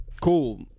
Cool